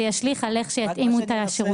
זה ישליך על האופן בו יתאימו את השירותים.